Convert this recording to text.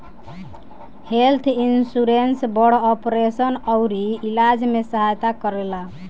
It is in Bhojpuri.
हेल्थ इन्सुरेंस बड़ ऑपरेशन अउरी इलाज में सहायता करेला